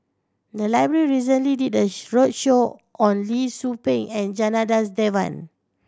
the library recently did a roadshow on Lee Tzu Pheng and Janadas Devan